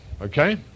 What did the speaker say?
okay